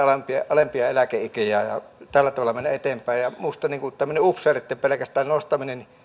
alempia eläkeikiä ja tällä tavalla mennä eteenpäin minusta tämmöinen pelkästään upseereitten